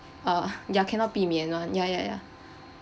ah ya cannot be [one] ya ya ya